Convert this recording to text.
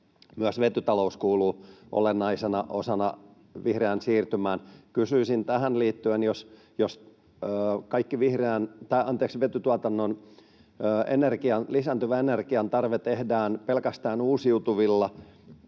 Myös vetytalous kuuluu olennaisena osana vihreään siirtymään. Kysyisin tähän liittyen: Jos kaikki vetytuotannon lisääntyvä energiantarve tehdään pelkästään uusiutuvilla